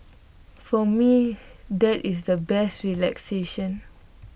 for me that is the best relaxation